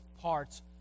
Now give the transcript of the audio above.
parts